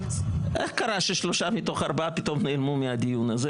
איך קרה ששלושה מתוך ארבעה פתאום נעלמו מהדיון הזה?